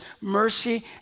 mercy